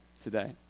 today